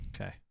Okay